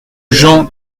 jean